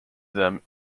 them